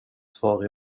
svara